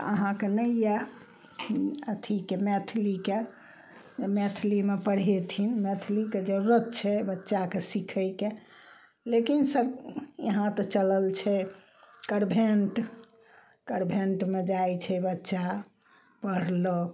तऽ अहाँके नहिये अथीके मैथिलीके मैथिलीमे पढ़ेथिन मैथिलीके जरूरत छै बच्चाके सीखेके लेकिन सब यहाँ तऽ चलल छै कनभेंट कनभेंटमे जाइ छै बच्चा पढ़लक